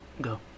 Go